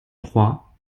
trois